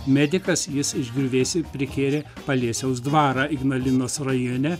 medikas jis iš griuvėsių prikėlė palieseus dvarą ignalinos rajone